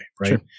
Right